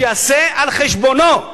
שיעשה על חשבונו,